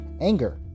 anger